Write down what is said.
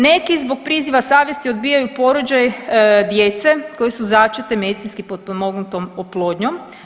Neki zbog priziva savjesti odbijaju porođaj djece koji su začeti medicinski potpomognutom oplodnjom.